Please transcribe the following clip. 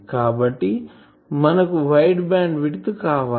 కాబట్టి మనకు wide bandwidth కావాలి